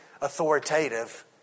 authoritative